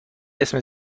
اسم